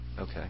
Okay